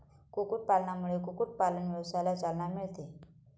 कुक्कुटपालनामुळे कुक्कुटपालन व्यवसायाला चालना मिळते